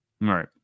Right